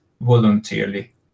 voluntarily